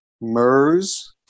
MERS